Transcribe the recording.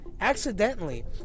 accidentally